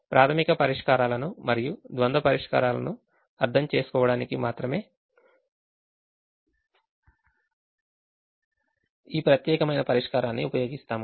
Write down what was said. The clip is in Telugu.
ప్రాథమిక పరిష్కారాలను మరియు ద్వంద్వ పరిష్కారాలను అర్థం చేసుకోవడానికి మాత్రమే ఈ ప్రత్యేకమైన పరిష్కారాన్ని ఉపయోగిస్తాము